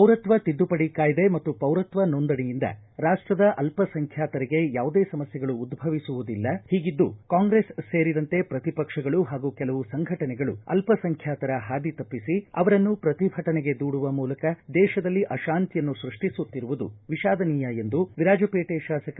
ಪೌರತ್ವ ತಿದ್ದುಪಡಿ ಕಾಯ್ದೆ ಮತ್ತು ಪೌರತ್ವ ನೊಂದಣಿಯಿಂದ ರಾಷ್ಟದ ಅಲ್ಪಸಂಖ್ಯಾರಿಗೆ ಯಾವುದೇ ಸಮಸ್ಥೆಗಳು ಉದ್ದವಿಸುವುದಿಲ್ಲ ಹೀಗಿದ್ದೂ ಕಾಂಗ್ರೆಸ್ ಸೇರಿದಂತೆ ಪ್ರತಿಪಕ್ಷಗಳು ಹಾಗೂ ಕೆಲವು ಸಂಘಟನೆಗಳು ಅಲ್ಪಸಂಖ್ಯಾತರ ಹಾದಿ ತಪ್ಪಿಸಿ ಅವರನ್ನು ಪ್ರತಿಭಟನೆಗೆ ದೂಡುವ ಮೂಲಕ ದೇಶದಲ್ಲಿ ಅತಾಂತಿಯನ್ನು ಸ್ಕಪ್ಪಿಸುತ್ತಿರುವುದು ವಿಷಾದನೀಯ ಎಂದು ವೀರಾಜಪೇಟೆ ಶಾಸಕ ಕೆ